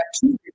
two